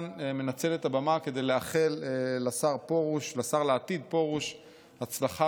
אני מנצל את הבמה כדי לאחל לשר לעתיד פרוש הצלחה